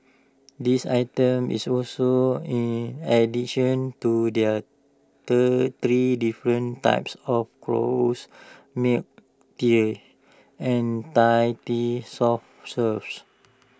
this item is also in addition to their third three different types of rose milk teas and Thai tea soft serves